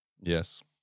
Yes